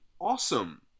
awesome